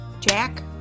Jack